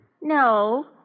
No